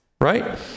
Right